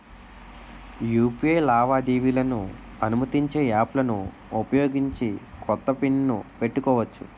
UPI లావాదేవీలను అనుమతించే యాప్లలను ఉపయోగించి కొత్త పిన్ ను పెట్టుకోవచ్చు